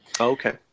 Okay